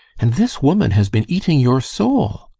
and this woman has been eating your soul,